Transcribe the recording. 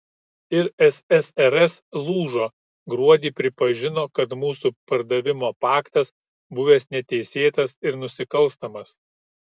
ir ssrs lūžo gruodį pripažino kad mūsų pardavimo paktas buvęs neteisėtas ir nusikalstamas